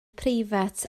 preifat